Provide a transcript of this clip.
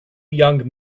young